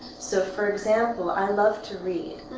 so, for example, i love to read,